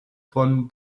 von